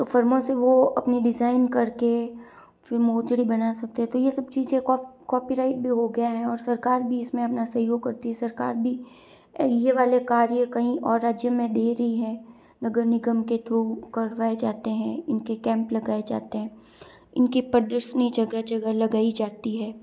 तो फ़रमों से वो अपनी डिज़ाइन करके फ़िर मोजड़ी बना सकते हैं तो ये सब चीज़ें कॉपीराइट भी हो गया है और सरकार भी इसमें अपना सहयोग करती है सरकार भी ये वाले कार्य कहीं और राज्य में दे रही हैं नगर निगम के थ्रू करवाए जाते हैं इनके कैंप लगाए जाते हैं इनकी प्रदर्शनी जगह जगह लगाई जाती है